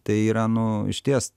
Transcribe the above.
tai yra nu išties